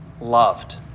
loved